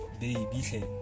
baby